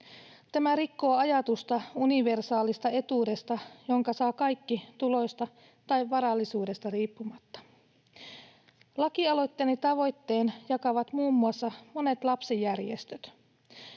Tämä rikkoo ajatusta universaalista etuudesta, jonka saavat kaikki tuloista tai varallisuudesta riippumatta. Lakialoitteeni tavoitteen jakavat muun muassa monet lapsijärjestöt.